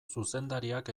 zuzendariak